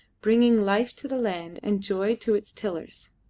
bringing life to the land and joy to its tillers.